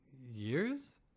years